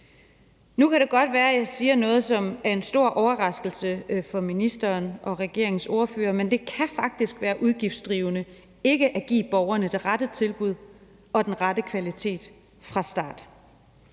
Nu kan det godt være, at jeg siger noget, som er en stor overraskelse for ministeren og regeringens ordførere, men det kan faktisk være udgiftsdrivende ikke at give borgerne det rette tilbud og den rette kvalitet fra start,